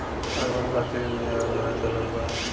urban खातिर इ नया योजना चलल बा